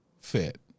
fit